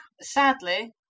Sadly